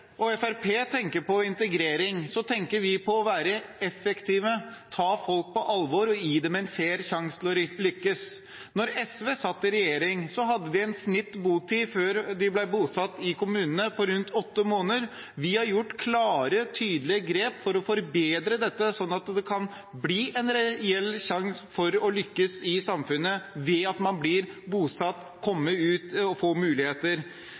og Fremskrittspartiet tenker på integrering, tenker vi på å være effektive, ta folk på alvor og gi dem en fair sjanse til å lykkes. Da SV satt i regjering, var gjennomsnittlig botid før bosetting i kommunene på rundt åtte måneder. Vi har tatt klare og tydelige grep for å forbedre dette sånn at man kan få en reell sjanse til å lykkes i samfunnet ved at man blir bosatt og kan komme seg ut og få muligheter.